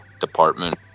department